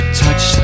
touch